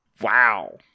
Wow